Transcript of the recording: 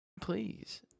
Please